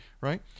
right